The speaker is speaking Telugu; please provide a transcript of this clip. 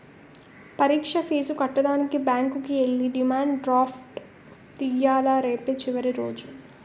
పరీక్ష ఫీజు కట్టడానికి బ్యాంకుకి ఎల్లి డిమాండ్ డ్రాఫ్ట్ తియ్యాల రేపే చివరి రోజు